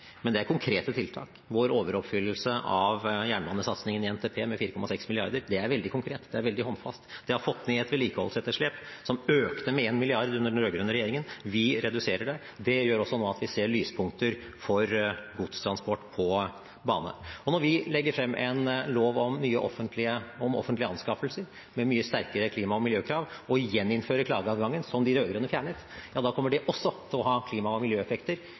Men det er konkrete tiltak. Vår overoppfyllelse av jernbanesatsingen i NTP med 4,6 mrd. kr er veldig konkret, det er veldig håndfast. Vi har fått ned et vedlikeholdsetterslep som økte med 1 mrd. kr under den rød-grønne regjeringen – vi reduserer det. Det gjør at vi nå også ser lyspunkter for godstransport på bane. Og når vi legger frem en lov om offentlige anskaffelser, med mye sterkere klima- og miljøkrav, og vi gjeninnfører klageadgangen som de rød-grønne fjernet, kommer det også til å ha klima- og miljøeffekter